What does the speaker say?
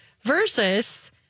versus